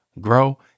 grow